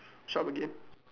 shop again